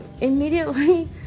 immediately